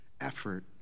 effort